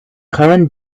current